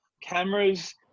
Cameras